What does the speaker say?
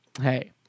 Hey